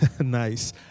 nice